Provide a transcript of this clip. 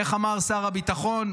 איך אמר שר הביטחון?